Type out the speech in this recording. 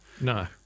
No